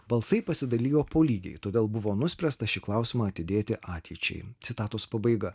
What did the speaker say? balsai pasidalijo po lygiai todėl buvo nuspręsta šį klausimą atidėti ateičiai citatos pabaiga